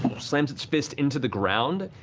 slams its fist into the ground.